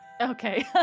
okay